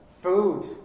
food